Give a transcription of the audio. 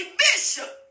bishop